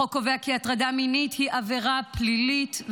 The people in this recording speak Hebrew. החוק קובע כי הטרדה מינית היא עבירה פלילית,